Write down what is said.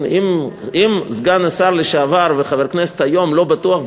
אם סגן השר לשעבר וחבר כנסת היום לא בטוח בעצמו,